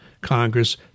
Congress